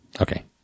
Okay